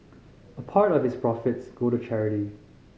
a part of its profits go to charity